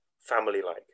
family-like